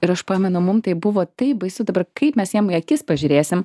ir aš pamenu mum tai buvo taip baisu dabar kaip mes jiem į akis pažiūrėsim